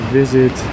visit